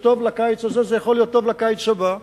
זה טוב לקיץ הזה, זה יכול להיות טוב לקיץ הבא.